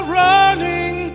running